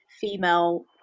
female